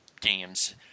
games